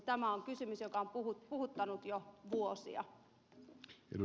tämä on kysymys joka on puhuttanut jo vuosia